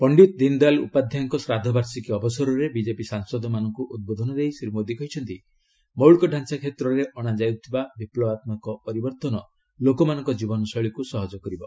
ପଶ୍ଚିତ ଦୀନଦୟାଲ ଉପାଧ୍ୟାୟଙ୍କ ଶ୍ରାଦ୍ଧବାର୍ଷିକୀ ଅବସରରେ ବିଜେପି ସାଂସଦମାନଙ୍କୁ ଉଦ୍ବୋଧନ ଦେଇ ଶ୍ରୀ ମୋଦୀ କହିଛନ୍ତି ମୌଳିକ ଢ଼ାଞ୍ଚା କ୍ଷେତ୍ରରେ ଅଣାଯାଉଥିବା ବିପ୍ଲବାତ୍ମକ ପରିବର୍ତ୍ତନ ଲୋକମାନଙ୍କ ଜୀବନଶୈଳୀକୁ ସହଜ କରିବ